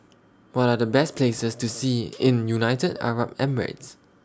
What Are The Best Places to See in United Arab Emirates